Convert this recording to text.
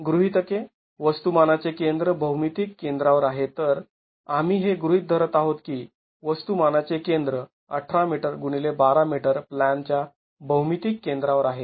गृहीतके वस्तुमानाचे केंद्र भौमितिक केंद्रावर आहे तर आम्ही हे गृहीत धरत आहोत की वस्तुमानाचे केंद्र १८ मीटर x १२ मीटर प्लॅन च्या भौमितिक केंद्रावर आहे